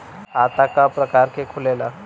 खाता क प्रकार के खुलेला?